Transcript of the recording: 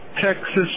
Texas